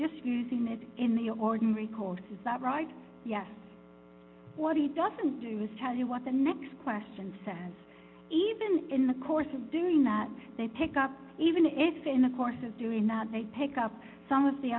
just using it in the ordinary course is that right yes what he doesn't do is tell you what the next question says even in the course of doing that they pick up even if in the course of doing that they pick up some of the